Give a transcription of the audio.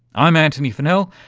i'm antony funnell,